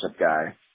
guy